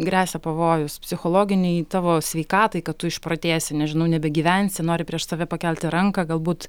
gresia pavojus psichologinei tavo sveikatai kad tu išprotėsi nežinau nebegyvensi nori prieš save pakelti ranką galbūt